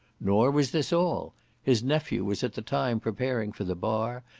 nor was this all his nephew was at the time preparing for the bar,